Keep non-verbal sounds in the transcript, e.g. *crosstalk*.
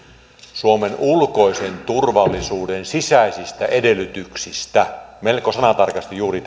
suomen ulkoisen turvallisuuden sisäisistä edellytyksistä melko sanatarkasti juuri *unintelligible*